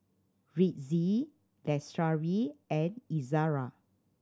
Rizqi Lestari and Izara